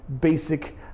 basic